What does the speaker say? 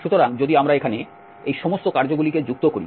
সুতরাং যদি আমরা এখানে এই সমস্ত কার্য গুলিকে যুক্ত করি